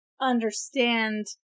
understand